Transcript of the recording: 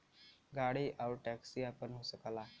गाड़ी आउर टैक्सी आपन हो सकला